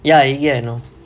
ya ya you know